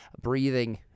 breathing